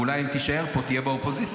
ואולי אם תישאר פה תהיה באופוזיציה,